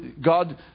god